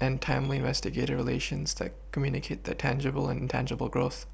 and timely investor relations that communicate their tangible and intangible growth